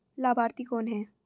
लाभार्थी कौन है?